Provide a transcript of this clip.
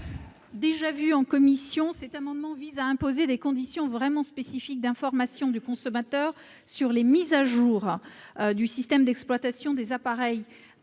Déjà examiné en commission, cet amendement vise à imposer des conditions vraiment spécifiques d'information du consommateur sur les mises à jour du système d'exploitation des appareils